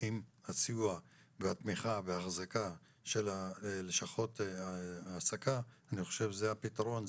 עם הסיוע והתמיכה וההחזקה של לשכות ההעסקה זה הפתרון,